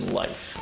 life